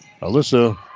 Alyssa